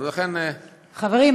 חברים,